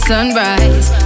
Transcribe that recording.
sunrise